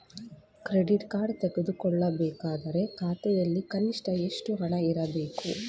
Credit card ತೆಗೆದುಕೊಳ್ಳಬೇಕಾದರೆ ಖಾತೆಯಲ್ಲಿ ಕನಿಷ್ಠ ಎಷ್ಟು ಹಣ ಇರಬೇಕು?